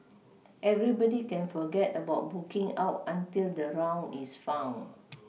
everybody can forget about booking out until the round is found